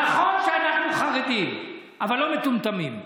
נכון שאנחנו חרדים, אבל לא מטומטמים.